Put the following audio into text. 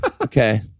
okay